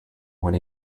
when